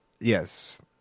Yes